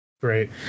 Great